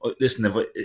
Listen